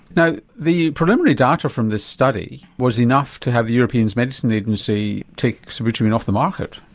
now the preliminary data from this study was enough to have the european medicine agency take sibutramine off the market.